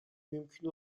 mümkün